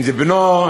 אם לבנו,